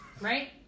Right